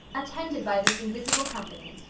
attended by this invisible company,